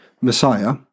Messiah